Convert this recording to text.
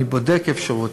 אני בודק אפשרות,